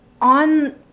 on